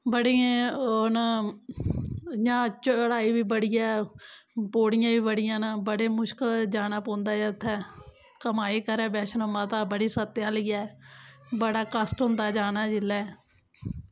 बड़े ओह् न इ'यां चढ़ाई बी बड़ी ऐ पौड़ियां बी बड़ियां न बड़े मुश्कल जाना पौंदा ऐ उत्थै कमाई करै बैष्णो माता बड़ी सत्या आह्ली ऐ बड़ा कश्ट होंदा जाना जिल्लै